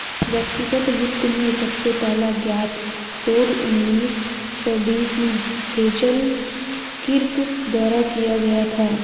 व्यक्तिगत वित्त में सबसे पहला ज्ञात शोध उन्नीस सौ बीस में हेज़ल किर्क द्वारा किया गया था